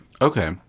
Okay